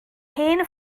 hen